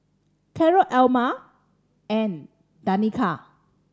Carroll Elma and Danica